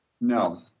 No